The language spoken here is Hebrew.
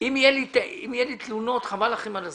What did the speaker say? שאם יהיו לי תלונות, חבל לכם על הזמן.